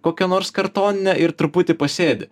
kokia nors kartoninę ir truputį pasėdi